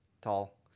tall